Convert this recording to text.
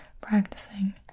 practicing